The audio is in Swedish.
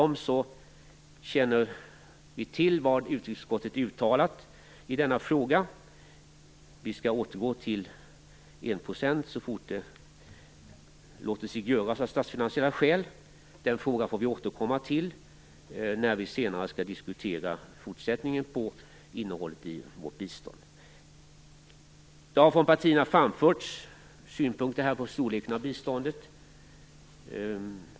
Vi känner till vad utrikesutskottet har uttalat i denna fråga. Vi skall återgå till 1 % så fort detta låter sig göras av statsfinansiella skäl. Den frågan får vi återkomma till när vi senare skall diskutera innehållet i vårt bistånd. Det har här framförts synpunkter på storleken av biståndet.